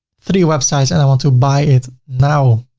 three websites and i want to buy it now.